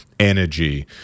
Energy